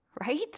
right